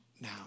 now